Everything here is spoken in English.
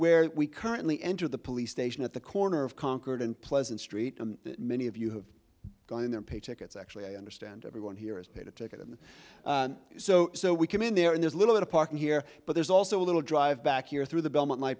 where we currently enter the police station at the corner of concord and pleasant street and many of you have gone in their paycheck it's actually i understand everyone here is paid a ticket and so so we came in there and there's a little bit of parking here but there's also a little drive back here through the belmont m